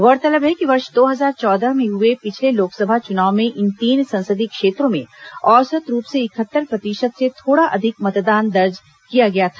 गौरतलब है कि वर्ष दो हजार चौदह में हुए पिछले लोकसभा चुनाव में इन तीन संसदीय क्षेत्रों में औसत रूप से इकहत्तर प्रतिशत से थोड़ा अधिक मतदान दर्ज किया गया था